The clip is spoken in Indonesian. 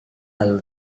lalu